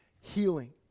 healing